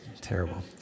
terrible